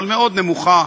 אבל מאוד נמוכה,